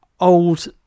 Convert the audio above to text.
Old